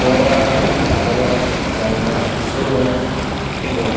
করা খাওয়া যাওয়া শোওয়া এবং